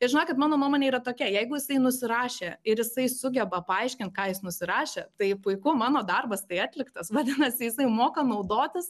žinai kad mano nuomonė yra tokia jeigu jisai nusirašė ir jisai sugeba paaiškinti ką jis nusirašė tai puiku mano darbas tai atliktas vadinasi jinai moka naudotis